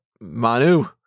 Manu